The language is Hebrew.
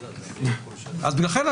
לכן,